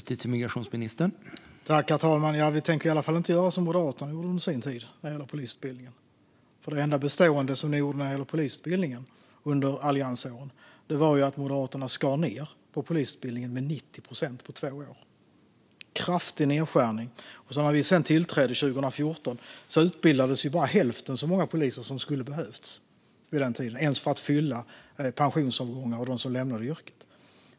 Herr talman! Vi tänker i alla fall inte göra som Moderaterna gjorde med polisutbildningen under sin tid. Det enda bestående som ni gjorde när det gäller polisutbildningen, under Alliansen, var att Moderaterna skar ned på polisutbildningen med 90 procent på två år. Det var en kraftig nedskärning. När vi sedan tillträdde 2014 utbildades bara hälften så många poliser som skulle ha behövts vid den tiden ens för att fylla upp för pensionsavgångar och dem som lämnade yrket.